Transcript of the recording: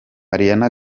ariana